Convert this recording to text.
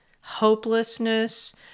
hopelessness